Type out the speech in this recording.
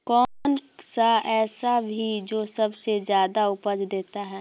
कौन सा ऐसा भी जो सबसे ज्यादा उपज देता है?